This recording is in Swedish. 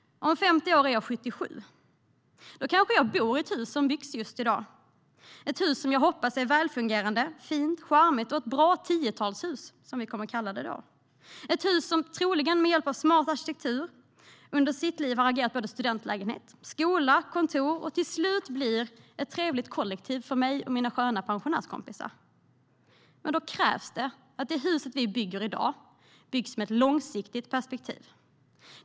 Om 50 år är jag 77. Då kanske jag bor i ett hus som byggs just i dag, ett hus som jag hoppas är välfungerande, fint, charmigt och ett bra 10-talshus, som vi kommer att kalla det då. Det ska vara ett hus som troligen med hjälp av smart arkitektur under sitt liv har fungerat som studentlägenhet, skola, kontor och till slut blivit ett trevligt kollektiv för mig och mina sköna pensionärskompisar. Men då krävs det att det hus som byggs i dag får ett långsiktigt perspektiv.